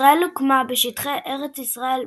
ישראל הוקמה בשטחי ארץ ישראל,